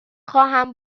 خواهم